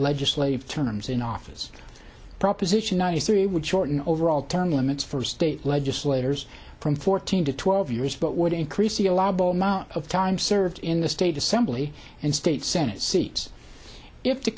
legislative terms in office proposition ninety three would shorten overall term limits for state legislators from fourteen to twelve years but would increase the allowable amount of time served in the state assembly and state senate seats if the